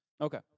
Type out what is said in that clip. Okay